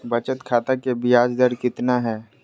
बचत खाता के बियाज दर कितना है?